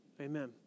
Amen